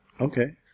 Okay